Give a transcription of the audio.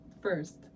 first